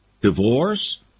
Divorce